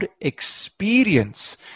experience